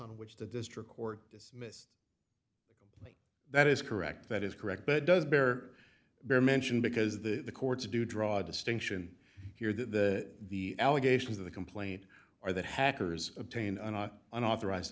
on which the district court dismissed that is correct that is correct but does bear bear mention because the courts do draw a distinction here that the allegations of the complaint are that hackers obtain an unauthorized